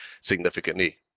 significantly